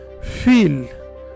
feel